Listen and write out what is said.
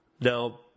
now